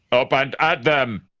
up and at them!